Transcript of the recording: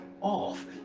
off